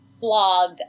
blog